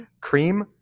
Cream